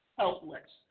helpless